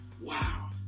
Wow